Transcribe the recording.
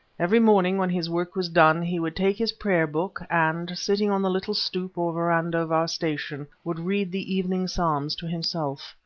every morning when his work was done he would take his prayer-book and, sitting on the little stoep or verandah of our station, would read the evening psalms to himself.